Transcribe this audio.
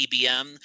ebm